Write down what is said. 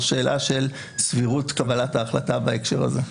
שאלה של סבירות קבלת ההחלטה בהקשר הזה.